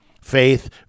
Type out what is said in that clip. faith